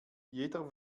jeder